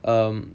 um